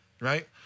right